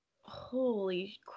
holy